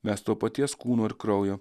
mes to paties kūno ir kraujo